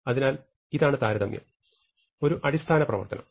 അതിനാൽ ഇതാണ് താരതമ്യം ഒരു അടിസ്ഥാന പ്രവർത്തനം